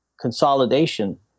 consolidation